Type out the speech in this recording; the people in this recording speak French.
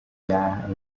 bière